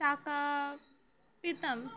টাকা পেতাম